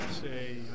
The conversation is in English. say